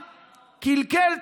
בכלל.